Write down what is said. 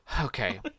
okay